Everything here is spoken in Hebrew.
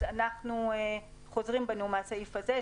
אז אנחנו חוזרים בנו מהסעיף הזה,